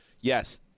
yes